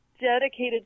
dedicated